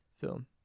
film